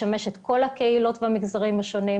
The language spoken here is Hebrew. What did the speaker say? פתרון יחיד לא יכול לשמש את כל הקהילות והמגזרים השונים.